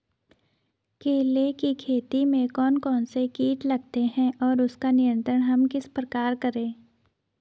केले की खेती में कौन कौन से कीट लगते हैं और उसका नियंत्रण हम किस प्रकार करें?